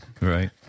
Right